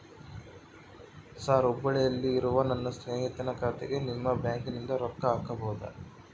Sir ಹುಬ್ಬಳ್ಳಿಯಲ್ಲಿ ಇರುವ ನನ್ನ ಸ್ನೇಹಿತನ ಖಾತೆಗೆ ನಿಮ್ಮ ಬ್ಯಾಂಕಿನಿಂದ ರೊಕ್ಕ ಹಾಕಬಹುದಾ?